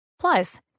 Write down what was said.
Plus